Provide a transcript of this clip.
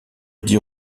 dix